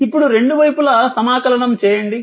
ఇప్పుడు రెండు వైపులా సమాకలనం చేయండి